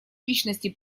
личностей